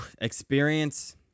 Experience